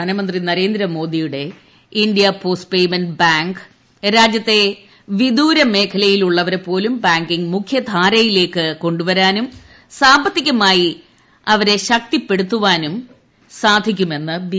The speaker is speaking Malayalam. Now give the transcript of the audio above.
പ്രധാനമന്ത്രി നരേന്ദ്രമോദിയുടെ ഇന്ത്യൻ പ്രേസ്റ്റ് പേയ്മെന്റ് ബാങ്ക് രാജ്യത്തെ വിദൂര മേഖലയിൽ ഉള്ളവരെപ്പോലും ബാങ്കിംഗ് മുഖ്യധാരയിലേയ്ക്ക് കൌണ്ടുവരാനും സാമ്പത്തികമായി അവരെ ശക്തിപ്പെടുത്തുവാനും സ്താധിക്കുമെന്ന് ബി